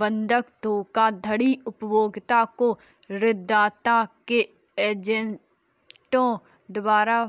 बंधक धोखाधड़ी उपभोक्ता को ऋणदाता के एजेंटों द्वारा